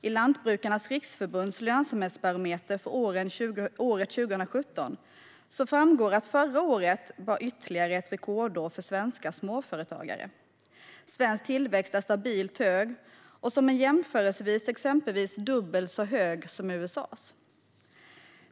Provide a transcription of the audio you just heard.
I Lantbrukarnas Riksförbunds lönsamhetsbarometer för år 2017 framgår det att förra året var ytterligare ett rekordår för svenska småföretagare. Svensk tillväxt är stabilt hög och, som en jämförelse, exempelvis dubbelt så hög som USA:s.